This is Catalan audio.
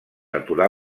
aturar